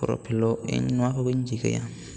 ᱯᱚᱨᱚᱵᱽ ᱦᱤᱞᱚᱜ ᱤᱧ ᱱᱚᱣᱟ ᱠᱚ ᱜᱮᱧ ᱪᱮᱠᱟᱭᱟ